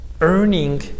earning